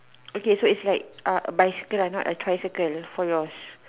okay so it's like uh a bicycle ah not a tricycle for yours